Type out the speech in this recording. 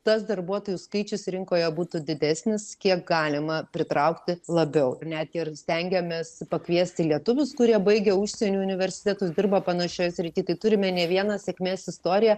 tas darbuotojų skaičius rinkoje būtų didesnis kiek galima pritraukti labiau net ir stengiamės pakviesti lietuvius kurie baigę užsienio universitetus dirba panašioj srity turime ne vieną sėkmės istoriją